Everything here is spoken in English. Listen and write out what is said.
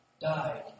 died